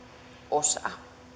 osa